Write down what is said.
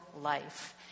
life